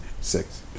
Six